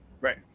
right